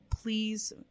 Please